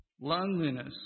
loneliness